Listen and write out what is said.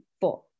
four